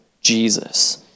Jesus